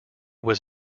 was